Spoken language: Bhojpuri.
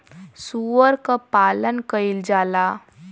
सूअर क पालन कइल जाला